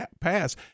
pass